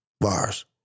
Bars